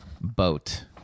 Boat